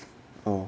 oh